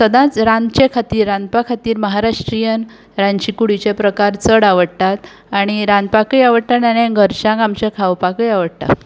सदांच रांदचे खातीर रांदपा खातीर महाराष्ट्रियन रांदची कुडीचे प्रकार चड आवडटात आनी रांदपाकय आवडटा आनी घरच्यांक आमच्या खावपाकय आवडटा